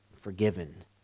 forgiven